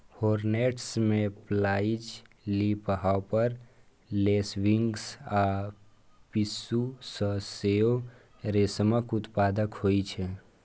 hornets, mayflies, leafhopper, lacewings आ पिस्सू सं सेहो रेशमक उत्पादन होइ छै